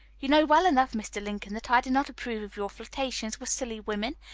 you know well enough, mr. lincoln, that i do not approve of your flirtations with silly women,